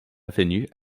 avenues